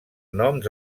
noms